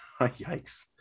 yikes